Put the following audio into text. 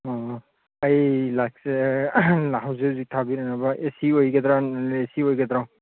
ꯑꯥ ꯑꯩ ꯍꯧꯖꯤꯛ ꯍꯧꯖꯤꯛ ꯊꯥꯕꯤꯔꯛꯅꯕ ꯑꯦ ꯁꯤ ꯑꯣꯏꯒꯗ꯭ꯔ ꯅꯟ ꯑꯦ ꯁꯤ ꯑꯣꯏꯒꯗ꯭ꯔꯣ